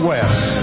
West